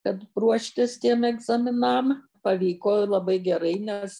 kad ruoštis tiem egzaminam pavyko labai gerai nes